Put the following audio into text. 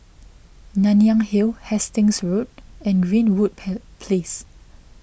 Nanyang Hill Hastings Road and Greenwood pen Place